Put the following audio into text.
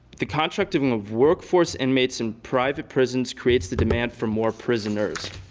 the contracting of workforce inmates in private prisons creates the demand for more prisoners.